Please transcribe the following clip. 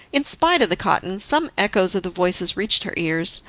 in spite of the cotton, some echoes of the voices reached her ears,